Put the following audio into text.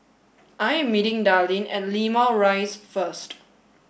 I am meeting Darlene at Limau Rise first